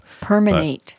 Permanate